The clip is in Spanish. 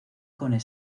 con